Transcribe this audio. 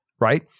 Right